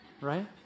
right